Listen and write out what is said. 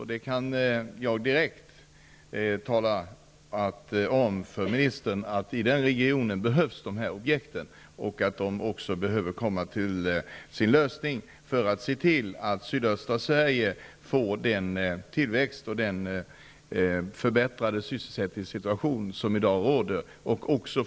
Jag kan direkt tala om för ministern att i den regionen behövs dessa objekt. De behöver också komma till utförande för att se till att södra Sverige får den tillväxt och den förbättrade sysselsättningssituation som i dag behövs.